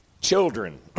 children